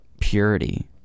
purity